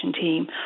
team